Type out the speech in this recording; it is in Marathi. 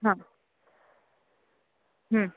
हां हां